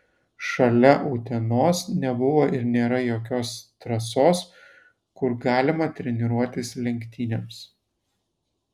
šalia utenos nebuvo ir nėra jokios trasos kur galima treniruotis lenktynėms